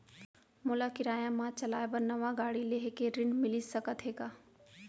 मोला किराया मा चलाए बर नवा गाड़ी लेहे के ऋण मिलिस सकत हे का?